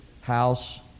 house